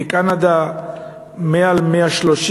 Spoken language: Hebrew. בקנדה יותר מ-130,